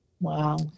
Wow